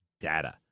Data